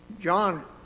John